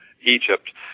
Egypt